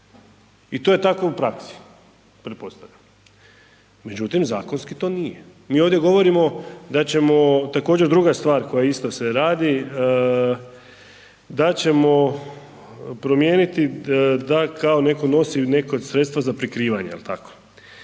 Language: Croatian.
i to je tako u praksi pretpostavljam, međutim zakonski to nije, mi ovdje govorimo da ćemo, također druga stvar koja isto se radi, da ćemo promijeniti da kao neko nosi neko sredstvo za prikrivanje je li tako